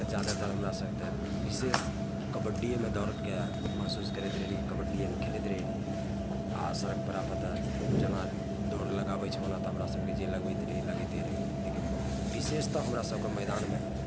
तऽ जादातर हमरा सभकेँ विशेष कबड्डिएमे दौड़के महसूस करैत रहै रहिए कबड्डिएमे खेलैत रहै रहिए आओर सड़क पेड़ापर तऽ जेना दौड़ लगाबै छै ओना तऽ हमरा सङ्गे जे लगबैत रहै लगैते रहि गेल लेकिन विशेषतः हमरा सभकेँ मैदानमे